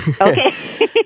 Okay